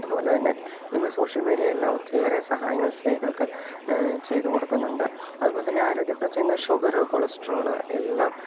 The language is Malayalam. അതുപോലെ തന്നെ ഇന്ന് സോഷ്യൽ മീഡിയ എല്ലാം ഒത്തിരിയേറെ സഹായങ്ങൾ സ്ത്രീകൾക്ക് ചെയ്തു കൊടുക്കുന്നുണ്ട് അതു പോലെ തന്നെ ആരോഗ്യപ്രചേന്ന് ഷുഗർ കൊളസ്ട്രോൾ എല്ലാം